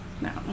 no